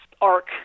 arc